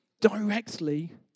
directly